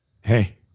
Hey